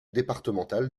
départemental